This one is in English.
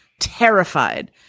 terrified